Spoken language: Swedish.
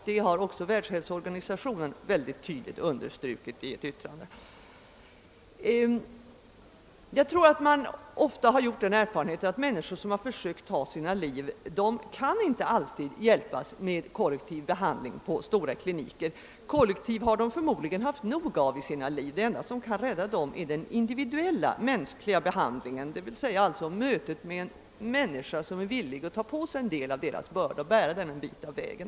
Detta har också tydligt understrukits i ett yttrande av Världshälsoorganisationen. Man har ofta gjort den erfarenheten att människor som försökt ta sina liv inte kan hjälpas med kollektiv behandling på stora kliniker. Kollektiv har de förmodligen fått nog av i sina liv. Det enda som kan rädda dem är den individuella, mänskliga behandlingen, d.v.s. mötet med en människa som är villig att ta på sig en del av deras börda och bära den en bit på vägen.